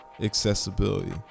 accessibility